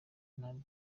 nabi